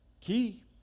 key